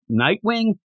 Nightwing